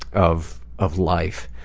of of life.